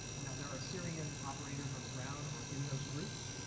now there are syrian operators on the ground or in those groups,